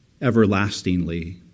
everlastingly